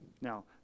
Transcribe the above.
now